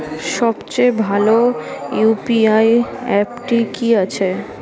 সবচেয়ে ভালো ইউ.পি.আই অ্যাপটি কি আছে?